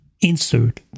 Insert